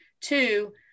two